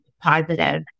positive